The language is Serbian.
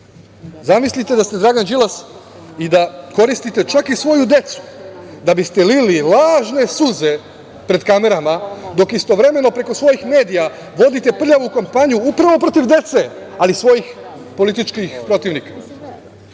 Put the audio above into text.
virusa. Zamislite da ste Dragan Đilas i da koristite čak i svoju decu da biste lili lažne suze pred kamerama dok, istovremeno, preko svojih medija vodite prljavu kampanju upravo protiv dece, ali svojih političkih protivnika. Zamislite